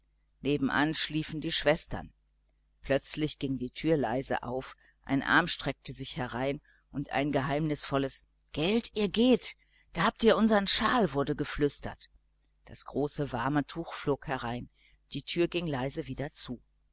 nebenan schliefen die schwestern plötzlich ging die türe leise auf ein arm streckte sich herein und ein geheimnisvolles gelt ihr geht da habt ihr unsern schal wurde geflüstert das große warme tuch flog herein die türe ging leise wieder zu